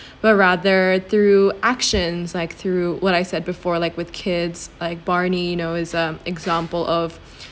but rather through actions like through what I said before like with kids like barney you know is an example of